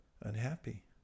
unhappy